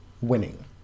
winning